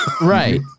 Right